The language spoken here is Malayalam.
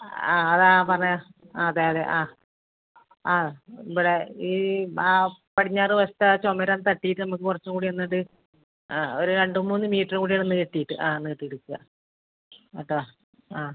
ആ അത് പറ അതെ അതെ ആ ആ ഇവിടെ ഈ ആ പടിഞ്ഞാറ് വശത്തെ ആ ചുമര് അത് തട്ടിയിട്ട് നമുക്ക് കുറച്ച് കൂടി ഒന്നത് ആ ഒരു രണ്ട് മൂന്ന് മീറ്ററും കൂടി നീട്ടിയിട്ട് ആ നീട്ടി എടുക്കാം കേട്ടോ ആ